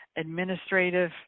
administrative